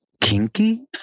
kinky